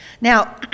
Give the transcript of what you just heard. Now